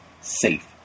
safe